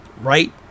Right